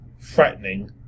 threatening